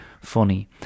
funny